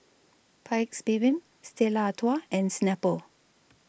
Paik's Bibim Stella Artois and Snapple